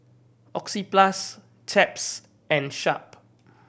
Oxyplus Chaps and Sharp